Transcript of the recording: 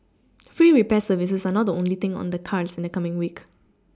free repair services are not the only thing on the cards in the coming week